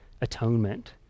atonement